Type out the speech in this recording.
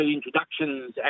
introductions